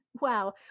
wow